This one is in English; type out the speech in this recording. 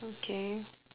okay